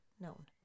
known